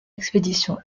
expédition